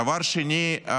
דבר שני,